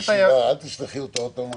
אל תשלחי אותו עוד פעם,